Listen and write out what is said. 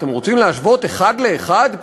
אתם רוצים להשוות אחד לאחד,